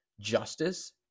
justice